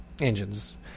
engines